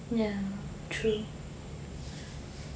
ya true